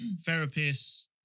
therapist